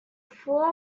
four